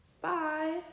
Bye